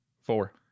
four